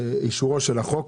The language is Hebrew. אישורו של החוק.